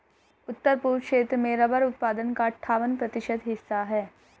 उत्तर पूर्व क्षेत्र में रबर उत्पादन का अठ्ठावन प्रतिशत हिस्सा है